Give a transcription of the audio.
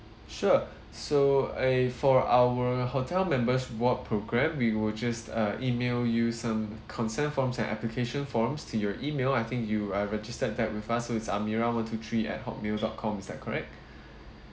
sure so a for our hotel member's reward programme we will just uh email you some consent forms and application forms to your email I think you are registered there with us so it's amira one two three at Hotmail dot com is that correct